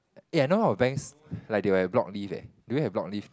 eh I know all the banks like they will have block leave leh do you have block leave